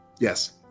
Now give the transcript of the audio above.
Yes